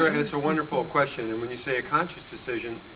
that's a wonderful question, and when you say a conscious decision.